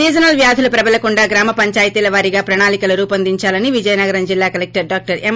seasonal వ్యాధులు ప్రబలకుండా గ్రామ పంచాయితీల వారీగా ప్రణాళికలు రూపొందించాలని విజయనగరం జిల్లా కలెక్లర్ డాక్లర్ ఎం